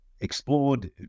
explored